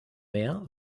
mehr